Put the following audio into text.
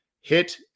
hit